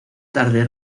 tarde